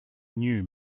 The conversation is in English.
new